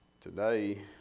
Today